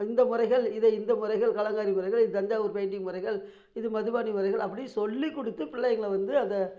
இந்த முறைகள் இதை இந்த முறைகள் கலங்காரி முறைகள் இது தஞ்சாவூர் பெயிண்டிங் முறைகள் இது மதுபானி முறைகள் அப்படின்னு சொல்லிக் கொடுத்து பிள்ளைங்களை வந்து அதை